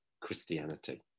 Christianity